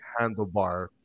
handlebar